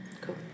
Cool